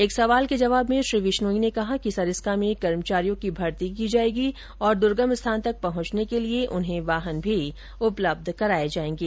एक सवाल के जवाब में श्री विश्नोई ने कहा कि सरिस्का में कर्मचारियों की भर्ती की जाएगी और द्र्गम स्थान तक पहुंचने के लिए उन्हें वाहन भी उपलब्ध कराए जाएंगे